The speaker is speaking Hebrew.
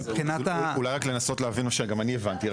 מבחינת --- אולי רק לנסות להבין שגם אני הבנתי.